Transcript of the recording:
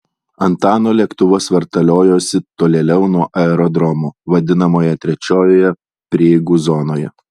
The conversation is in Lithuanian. antano lėktuvas vartaliojosi tolėliau nuo aerodromo vadinamoje trečioje prieigų zonoje